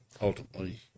ultimately